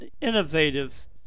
innovative